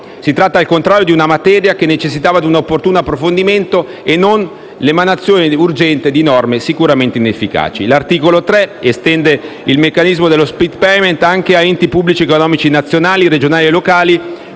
Si tratta, al contrario, di una materia che necessitava un opportuno approfondimento e non dell'emanazione urgente di norme sicuramente inefficaci. L'articolo 3 estende il meccanismo dello *split payment* anche a enti pubblici economici nazionali, regionali e locali,